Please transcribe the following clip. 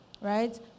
right